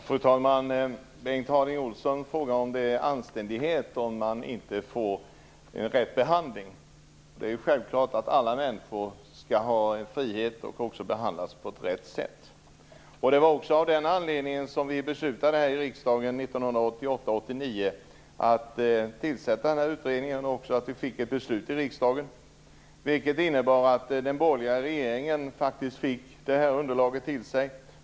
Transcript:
Fru talman! Bengt Harding Olson frågar om det är anständighet om man inte får rätt behandling. Det är självklart att alla människor skall ha frihet och skall behandlas på rätt sätt. Det var av den anledningen som vi här i riksdagen 1988/89 beslutade att tillsätta den här utredningen. Vi fick också ett beslut i riksdagen, vilket innebar att den borgerliga regeringen fick det här underlaget.